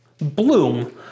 bloom